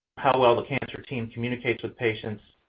how well the cancer team communicates with patients.